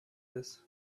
this